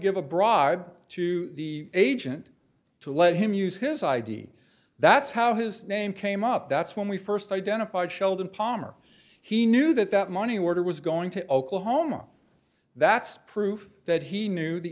give a bribe to the agent to let him use his i d that's how his name came up that's when we first identified sheldon palmer he knew that that money order was going to oklahoma that's proof that he knew the